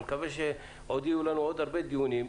אני מקווה שיהיו לנו עוד הרבה דיונים,